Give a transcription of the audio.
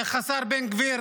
איך השר בן גביר